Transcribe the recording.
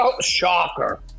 Shocker